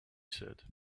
said